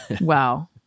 Wow